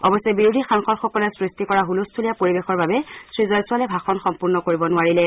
অৱশ্যে বিৰোধী সাংসদসকলে সৃষ্টি কৰা ছলস্থূলীয়া পৰিৱেশৰ বাবে শ্ৰী জয়ছোৱালে ভাষণ সম্পূৰ্ণ কৰিব নোৱাৰিলে